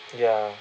ya